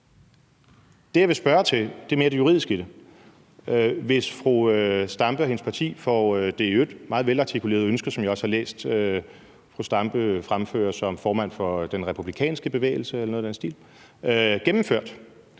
Det, jeg vil spørge til, er mere det juridiske i det. Hvis fru Zenia Stampe og hendes parti får det i øvrigt meget velartikulerede ønske, som jeg også har læst fru Zenia Stampe fremføre som formand for den republikanske bevægelse eller noget i den stil, gennemført,